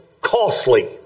costly